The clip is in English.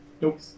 Nope